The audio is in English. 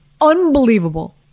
Unbelievable